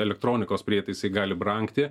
elektronikos prietaisai gali brangti